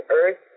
Earth